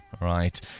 Right